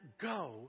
go